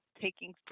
taking